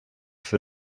für